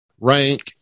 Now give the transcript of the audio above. rank